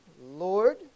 Lord